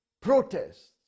protests